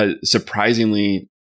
surprisingly